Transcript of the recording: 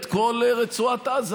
את כל רצועת עזה,